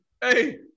hey